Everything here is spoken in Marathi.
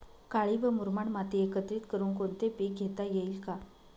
काळी व मुरमाड माती एकत्रित करुन कोणते पीक घेता येईल का?